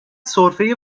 سرفه